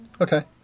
Okay